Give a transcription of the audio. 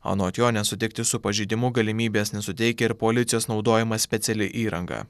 anot jo nesutikti su pažeidimu galimybės nesuteikia ir policijos naudojama speciali įranga